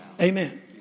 Amen